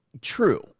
true